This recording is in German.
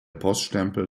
poststempel